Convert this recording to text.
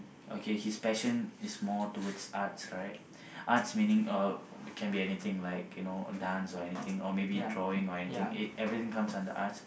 okay his passion is more towards arts right arts meaning uh can be anything like you know dance or anything or maybe drawing or anything e~ everything comes under arts